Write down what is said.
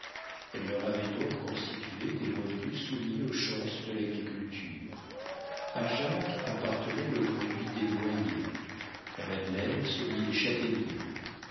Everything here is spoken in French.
elle leur avait donc constitué des revenus soumis aux chances de l'agriculture à jacques appartenait le produit des noyers à madeleine celui des châtaigniers